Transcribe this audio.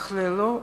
אך ללא הועיל.